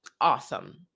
awesome